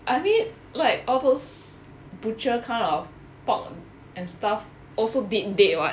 I mean like all those butcher kind of pork and stuff also dead dead [what]